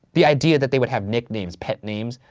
the idea that they would have nicknames, pet names,